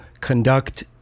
conduct